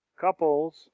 couples